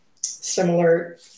similar